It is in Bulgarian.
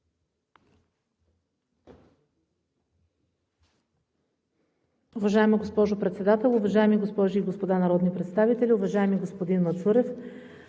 Уважаема госпожо Председател, уважаеми госпожи и господа народни представители! Уважаема госпожо Нитова,